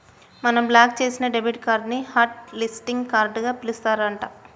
మనం బ్లాక్ చేసిన debit card ని హట్ లిస్టింగ్ కార్డుగా పిలుస్తారు అంట